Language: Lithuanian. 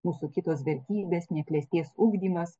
mūsų kitos vertybės neklestės ugdymas